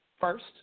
first